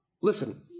Listen